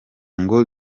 ngo